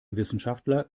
wissenschaftler